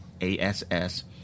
ASS